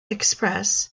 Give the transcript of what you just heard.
express